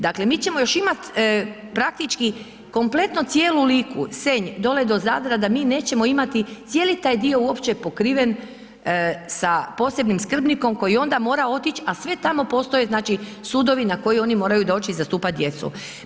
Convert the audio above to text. Dakle, mi ćemo još imati praktički kompletno cijelu Liku, Senj, dole do Zadra da mi nećemo imati cijeli taj dio uopće pokriven sa posebnim skrbnikom koji onda mora otić, a sve tamo postoje znači sudovi na koji oni moraju doći i zastupati djecu.